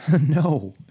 No